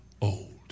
old